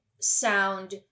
sound